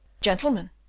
gentlemen